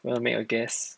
well make a guess